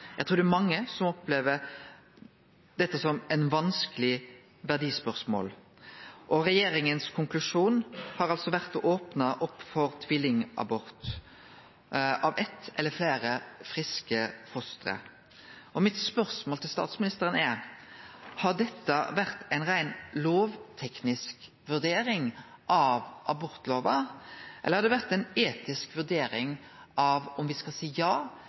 Eg trur det er mange som opplever dette som eit vanskeleg verdispørsmål. Konklusjonen til regjeringa har vore å opne opp for tvillingabort av eitt eller fleire friske foster. Mitt spørsmål til statsministeren er: Har dette vore ei rein lovteknisk vurdering av abortlova, eller har det vore ei etisk vurdering av om me skal seie ja